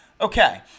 okay